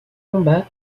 combat